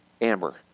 Amber